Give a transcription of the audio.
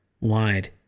wide